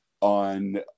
on